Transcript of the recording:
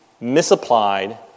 misapplied